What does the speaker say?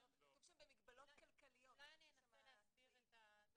שהוא קובע שזה יהיה זמן נסיעה קצר ככל האפשר,